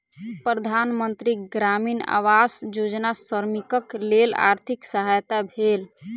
प्रधान मंत्री ग्रामीण आवास योजना श्रमिकक लेल आर्थिक सहायक भेल